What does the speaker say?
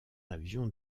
avion